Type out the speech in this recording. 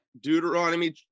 deuteronomy